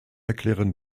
erklären